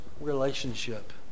relationship